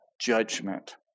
judgment